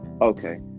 Okay